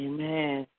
Amen